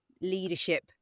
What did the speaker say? leadership